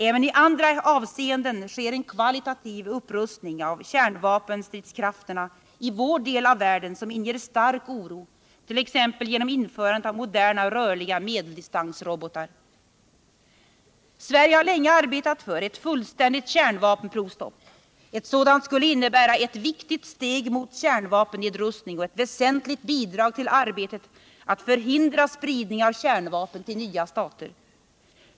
Även i andra avseenden sker en kvalitativ upprustning av kärnvapenstridskrafterna i vår del av världen som inger stark oro, t.ex. genom införandet av moderna rörliga medeldistansrobotar. Sverige har länge arbetat för ett fullständigt kärnvapenprovstopp. Ett sådant skulle innebära ett viktigt steg mot kärnvapennedrustning och ett väsentligt bidrag till arbetet att förhindra spridning av kärnvapen till nya stater.